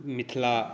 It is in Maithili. मिथिला